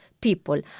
people